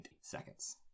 seconds